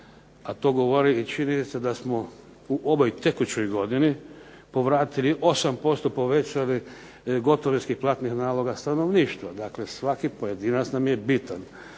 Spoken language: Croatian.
a to govori i činjenica da smo u ovoj tekućoj godini povratili 8% i povećali gotovinskih platnih naloga stanovništva. Dakle, svaki pojedinac nam je bitan.